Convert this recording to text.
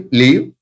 leave